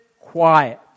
quiet